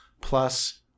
plus